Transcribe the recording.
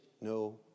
no